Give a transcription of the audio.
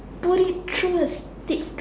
put it through a stick